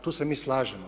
Tu se mi slažemo.